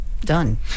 done